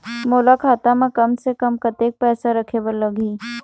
मोला खाता म कम से कम कतेक पैसा रखे बर लगही?